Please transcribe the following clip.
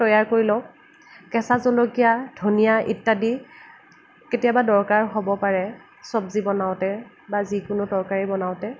তৈয়াৰ কৰি লওঁ কেঁচা জলকীয়া ধনিয়া ইত্যাদি কেতিয়াবা দৰকাৰ হ'ব পাৰে চবজি বনাওঁতে বা যিকোনো তৰকাৰি বনাওঁতে